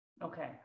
Okay